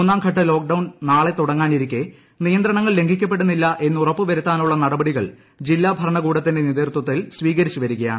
മൂന്നാം ഘട്ട lockdown നാളെ തുട്ടങ്ങുനിരിക്കെ നിയന്ത്രണങ്ങൾ ലംഘിക്കപ്പെടുന്നില്ല എന്നൂർപ്പു വരുത്താനുള്ള നടപടികൾ ജില്ലാ ഭരണകൂടത്തിന്റെ നേതൃത്തിൽ സ്വീകരിച്ചു വരികെയാണ്